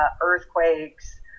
earthquakes